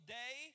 day